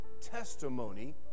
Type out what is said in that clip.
testimony